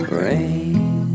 rain